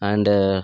and